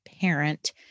parent